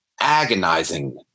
agonizing